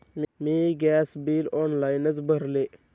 मी gas bill ऑनलाइनच भरले